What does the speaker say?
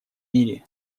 мире